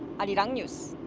arirang news.